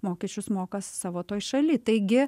mokesčius moka savo toj šaly taigi